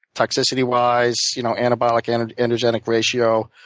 toxicity-wise, you know anabolic and energetic ratio,